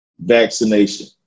vaccination